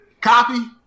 Copy